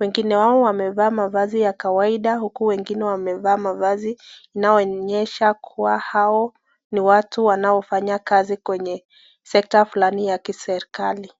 Wengine wao wamevaa mavazi ya kawaida, huku wengine wamevaa mavazi inaonyesha kuwa hao ni watu wanaofanya kazi kwenye(cs) sekta(cs) fulani ya kiserkali.